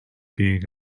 being